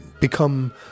become